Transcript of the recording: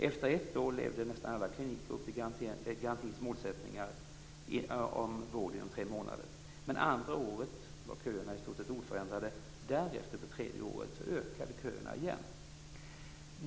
Efter ett år levde nästan alla kliniker upp till garantins målsättningar om vård inom tre månader, men det andra året var köerna i stort sett oförändrade. Därefter, på det tredje året, ökade köerna igen.